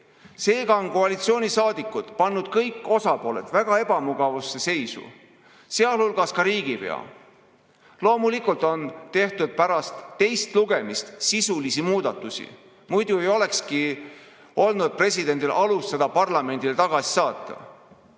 Seega on koalitsioonisaadikud pannud kõik osapooled väga ebamugavasse seisu, sealhulgas riigipea. Loomulikult on pärast teist lugemist tehtud sisulisi muudatusi, muidu ei olekski ju presidendil olnud alust seda parlamendile tagasi saata.